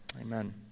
Amen